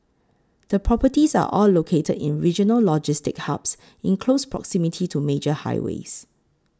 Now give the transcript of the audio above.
the properties are all located in regional logistics hubs in close proximity to major highways